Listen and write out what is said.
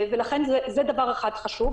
לכן, זה דבר אחד שהוא חשוב.